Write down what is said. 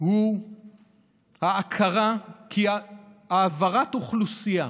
הוא ההכרה כי העברת אוכלוסייה